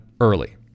early